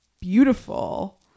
beautiful